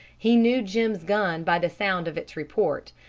he knew jim's gun by the sound of its report,